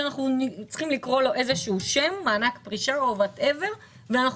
ואנחנו צריכים לקרוא לו באיזשהו שם מענק פרישה או משהו אחר ואנחנו